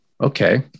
Okay